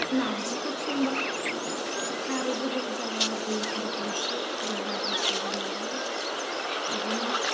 नारजिफोर संबा खारै गोबाब जाबा दैफोरखौ इसे बारा होसिगोन आरो बिदिनो